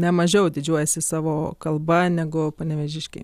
ne mažiau didžiuojasi savo kalba negu panevėžiškiai